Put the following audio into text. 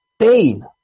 pain